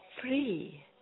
free